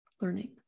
learning